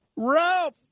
Ralph